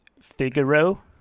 Figaro